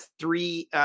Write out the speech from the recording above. three